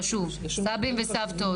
חשוב, סבים וסבתות.